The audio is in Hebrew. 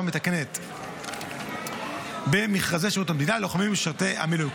מתקנת במכרזי שירות המדינה ללוחמים ולמשרתי המילואים.